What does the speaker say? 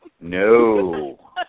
No